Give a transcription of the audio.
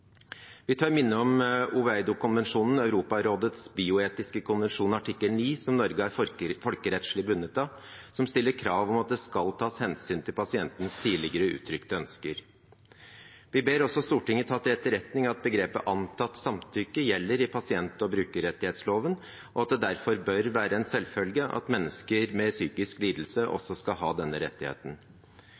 Vi tør minne om Oviedo-konvensjonen, Europarådets bioetiske konvensjon, artikkel 9, som Norge er folkerettslig bundet av, som stiller krav om at det skal tas hensyn til pasientens tidligere uttrykte ønsker. Vi ber også Stortinget ta til etterretning at «antatt samtykke gjelder i pasient- og brukerrettighetsloven», og at det derfor bør være en selvfølge at mennesker med psykisk lidelse også skal ha denne rettigheten.